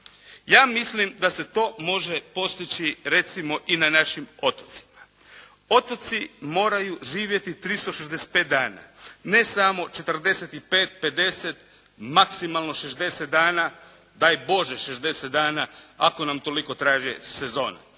Ja mislim da se to može postići recimo i na našim otocima. Otoci moraju živjeti 365 dana, ne samo 45, 50, maksimalno 60 dana. Daj Bože 60 dana ako nam toliko traje sezona.